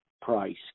price